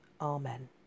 Amen